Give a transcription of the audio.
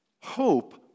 hope